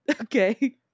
okay